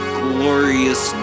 glorious